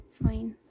fine